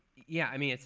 yeah, i mean,